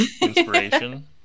inspiration